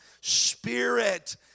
spirit